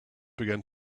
began